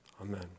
Amen